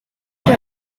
plus